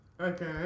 Okay